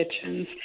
kitchens